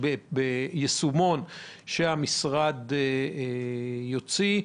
ביישומון שהמשרד יוציא.